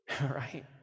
Right